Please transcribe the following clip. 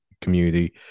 community